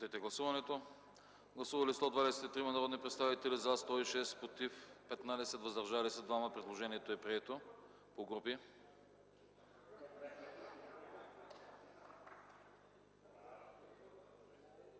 Гласували 118 народни представители: за 101, против 15, въздържали се 2. Предложението е прието.